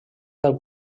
del